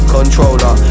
Controller